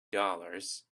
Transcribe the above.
dollars